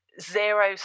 zero